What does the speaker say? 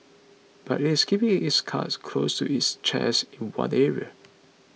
but it is keeping its cards close to its chest in one area